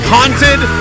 Haunted